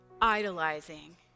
idolizing